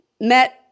met